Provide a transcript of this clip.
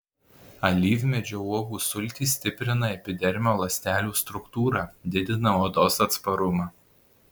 alyvmedžio uogų sultys stiprina epidermio ląstelių struktūrą didina odos atsparumą